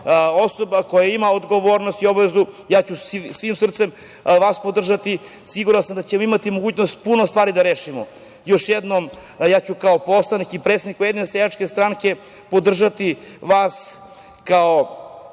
osoba koja ima i odgovornost i obavezu, ja ću svim srcem vas podržati i siguran sam da ćemo imati mogućnost puno stvari da rešimo. Još jednom, ja ću kao poslanik i predsednik Ujedinjene seljačke stranke podržati vas kao